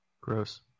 gross